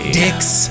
dicks